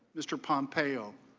mr. pompeo,